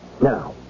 Now